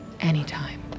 Anytime